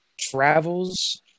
Travels